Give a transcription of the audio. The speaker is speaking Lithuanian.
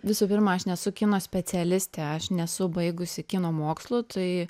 visų pirma aš nesu kino specialistė aš nesu baigusi kino mokslų tai